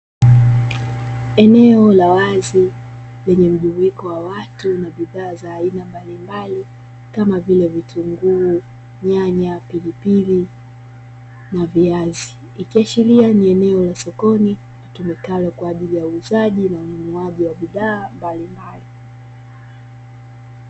Eneo la wazi lenye mjumuiko wa watu na bidhaa za aina mbalimbali kama vile: vitunguu, nyanya, pilipili na viazi. Ikiashiria ni eneo la sokoni litumikalo kwa ajili ya uuzaji na ununuaji wa bidhaa mbalimbali.